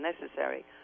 necessary